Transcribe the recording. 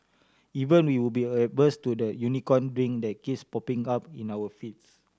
even we would be averse to that Unicorn Drink that keeps popping up in our feeds